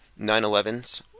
9-11s